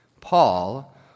Paul